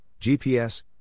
GPS